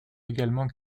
également